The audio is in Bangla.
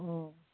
হুম